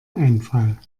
einfall